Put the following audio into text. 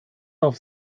auf